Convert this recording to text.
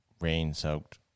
rain-soaked